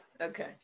Okay